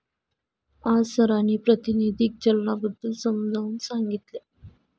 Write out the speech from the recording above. आज सरांनी प्रातिनिधिक चलनाबद्दल समजावून सांगितले